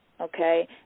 Okay